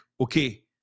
okay